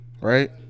right